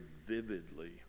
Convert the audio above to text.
vividly